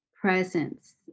presence